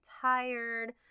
tired